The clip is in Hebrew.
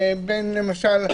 למשל,